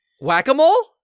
Whack-a-mole